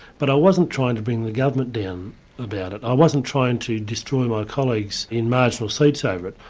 but i wasn't trying to bring the government down about it. i wasn't trying to destroy my colleagues in marginal seats over it,